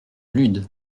lude